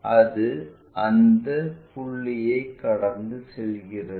அது அந்த புள்ளியை கடந்து செல்கிறது